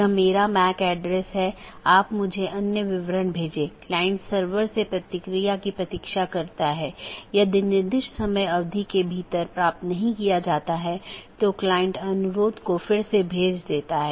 वोह AS जो कि पारगमन ट्रैफिक के प्रकारों पर नीति प्रतिबंध लगाता है पारगमन ट्रैफिक को जाने देता है